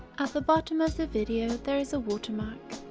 at the bottom of the video, there is a watermark,